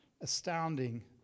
astounding